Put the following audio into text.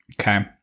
Okay